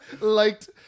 Liked